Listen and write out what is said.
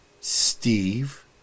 Steve